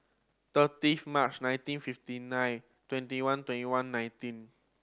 thirtieth March nineteen fifty nine twenty one twenty one nineteen